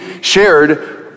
shared